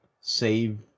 save